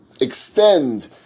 extend